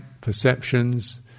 perceptions